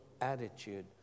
attitude